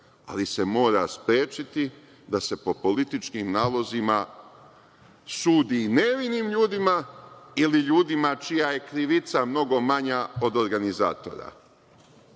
ali se mora sprečiti da se po političkim nalozima sudi nevinim ljudima ili ljudima čija je krivica mnogo manja od organizatora.